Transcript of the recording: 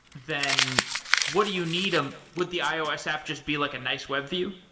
then what do you need them would the ios app just be like a nice web view?